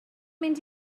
mynd